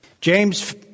James